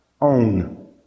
own